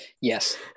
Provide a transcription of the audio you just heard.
Yes